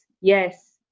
Yes